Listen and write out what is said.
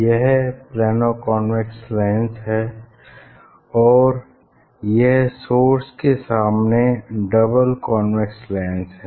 यह plano convex lens है और यह सोर्स के सामने डबल कॉन्वेक्स लेंस है